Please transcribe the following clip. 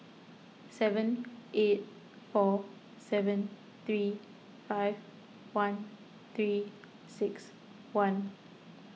seven eight four seven three five one three six one